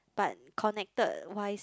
but connected wise